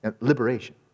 liberation